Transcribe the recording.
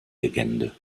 legende